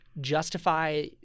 justify